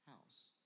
house